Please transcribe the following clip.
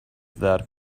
that